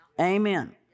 Amen